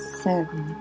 seven